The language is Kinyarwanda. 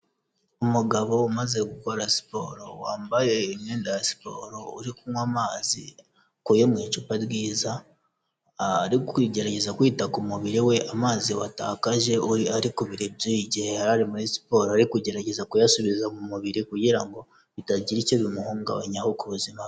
Umugabo umaze gukora siporo, wambaye imyenda ya siporo uri kunywa amazi akuye mu icupa ryiza, ari kugerageza kwita ku mubiri we amazi watakaje ari kubira ibyuya igihe yari ari muri siporo, ari kugerageza kuyasubiza mu mubiri kugira ngo bitagira icyo bimuhungabanyaho ku buzima bwe.